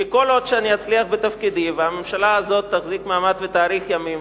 כי כל עוד אני אצליח בתפקידי והממשלה הזאת תחזיק מעמד ותאריך ימים,